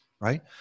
Right